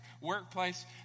workplace